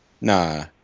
Nah